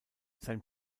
sein